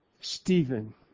Stephen